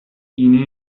گینه